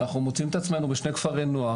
אנחנו מוצאים את עצמנו בשני כפרי נוער,